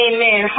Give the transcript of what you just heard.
Amen